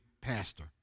pastor